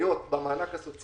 בעיות במענק הסוציאלי.